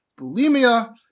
bulimia